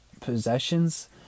possessions